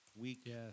week